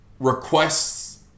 requests